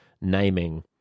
naming